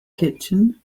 kitchen